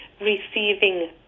receiving